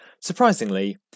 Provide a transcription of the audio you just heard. Surprisingly